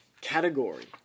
category